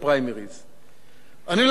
אני הולך לסיים את התפקיד שלי כאן,